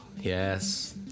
Yes